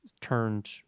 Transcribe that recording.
turned